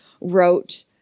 wrote